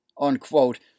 unquote